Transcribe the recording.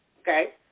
Okay